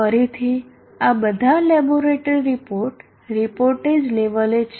ફરીથી આ બધા લેબોરેટરી રિપોર્ટ રીપોર્ટેજ લેવલ એ છે